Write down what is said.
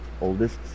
oldest